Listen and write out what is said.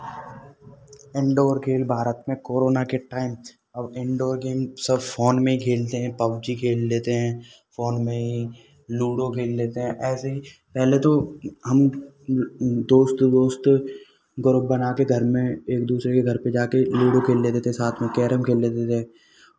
indoor खेल भारत में corona के टाइम से अब इनडोर गेम सब फ़ोन में ई खेलते हैं पबजी खेल लेते हैं फ़ोन में ही लूडो खेल लेते हैं ऐसे ही पहले तो हम दोस्त दोस्त ग्रुप बना के घर में एक दूसरे के घर पे जाके लूडो खेल लेते थे साथ में कैरम खेल लेते थे